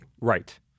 Right